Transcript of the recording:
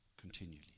continually